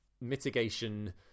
mitigation